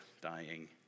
dying